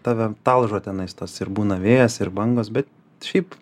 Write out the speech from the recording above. tave talžo tenais tas ir būna vėjas ir bangos bet šiaip